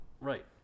Right